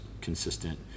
consistent